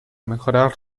mejorar